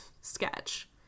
sketch